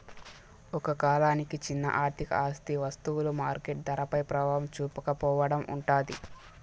ఒక కాలానికి చిన్న ఆర్థిక ఆస్తి వస్తువులు మార్కెట్ ధరపై ప్రభావం చూపకపోవడం ఉంటాది